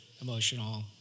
emotional